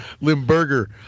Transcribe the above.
Limburger